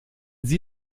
sie